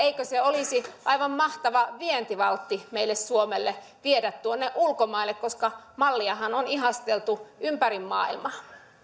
eikö se olisi aivan mahtava vientivaltti meille suomelle viedä tuonne ulkomaille koska malliahan on ihasteltu ympäri maailmaa